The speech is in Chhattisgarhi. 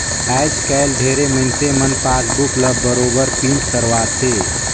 आयज कायल ढेरे मइनसे मन पासबुक ल बरोबर पिंट करवाथे